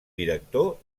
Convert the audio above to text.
director